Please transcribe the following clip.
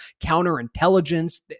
counterintelligence